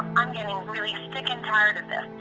i'm getting really sick and tired of